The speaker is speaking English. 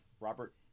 Robert